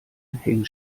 hängen